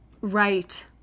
Right